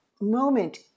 moment